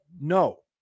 No